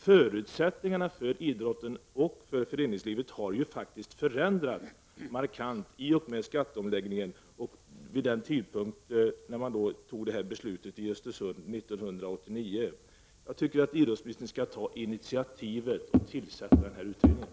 Förutsättningarna för idrotten och föreningslivet har förändrats markant jämfört med den tidpunkt när beslutet fattades i Östersund 1989 i och med skatteomläggningen. Jag tycker att idrottsministern skall ta initiativet och tillsätta den här utredningen.